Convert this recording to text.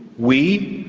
we,